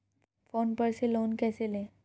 Phone पर से loan कैसे लें?